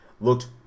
looked